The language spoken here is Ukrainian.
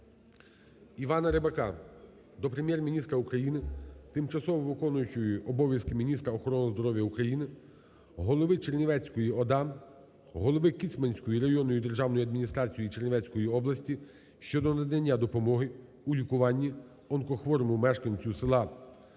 Івана Рибака до Прем'єр-міністра України, тимчасово виконуючої обов'язки міністра охорони здоров'я України, голови Чернівецької ОДА, голова Кіцманської районної державної адміністрації Чернівецької області щодо надання допомоги у лікуванні онкохворому мешканцю села